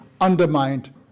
undermined